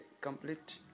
complete